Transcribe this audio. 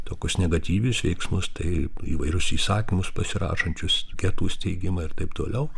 tokius negatyvius veiksmus tai įvairius įsakymus pasirašančius getų steigimą ir taip toliau